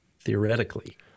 theoretically